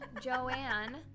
Joanne